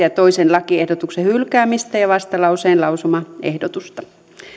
ja toisen lakiehdotuksen hylkäämistä ja vastalauseen lausumaehdotusta